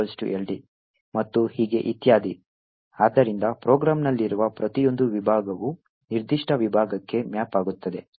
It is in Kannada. buildLD ಮತ್ತು ಹೀಗೆ ಇತ್ಯಾದಿ ಆದ್ದರಿಂದ ಪ್ರೋಗ್ರಾಂನಲ್ಲಿರುವ ಪ್ರತಿಯೊಂದು ವಿಭಾಗವು ನಿರ್ದಿಷ್ಟ ವಿಭಾಗಕ್ಕೆ ಮ್ಯಾಪ್ ಆಗುತ್ತದೆ